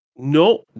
No